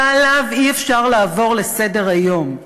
ועליו אי-אפשר לעבור לסדר-היום,